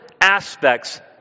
aspects